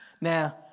Now